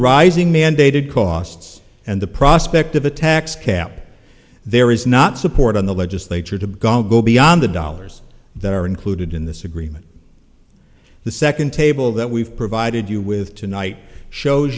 rising mandated costs and the prospect of a tax cap there is not support on the legislature to go beyond the dollars that are included in this agreement the second table that we've provided you with tonight shows